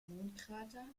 mondkrater